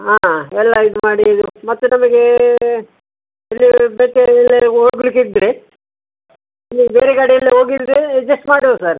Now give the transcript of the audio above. ಹಾಂ ಎಲ್ಲ ಇದು ಮಾಡಿ ಮತ್ತೆ ನಮಗೆ ಬೇರೆ ಎಲ್ಲಿ ಯಾರು ಹೋಗ್ಲಿಕ್ಕಿದ್ರೆ ನೀವು ಬೇರೆ ಗಾಡಿಯಲ್ಲಿ ಹೋಗ್ಲಿ ಇಳ್ದಿದ್ರೇ ಅಡ್ಜೆಸ್ಟ್ ಮಾಡುವ ಸರ್